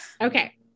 okay